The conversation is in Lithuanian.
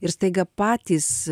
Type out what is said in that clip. ir staiga patys